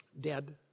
dead